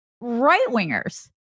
right-wingers